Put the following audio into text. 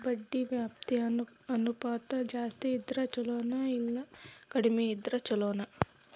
ಬಡ್ಡಿ ವ್ಯಾಪ್ತಿ ಅನುಪಾತ ಜಾಸ್ತಿ ಇದ್ರ ಛಲೊನೊ, ಇಲ್ಲಾ ಕಡ್ಮಿ ಇದ್ರ ಛಲೊನೊ?